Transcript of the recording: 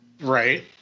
Right